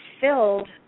filled